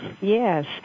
Yes